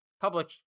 public